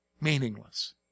meaningless